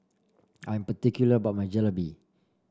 I'm particular about my Jalebi